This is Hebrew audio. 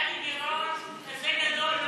היה לי גירעון כזה גדול.